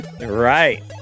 right